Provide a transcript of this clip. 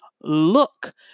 look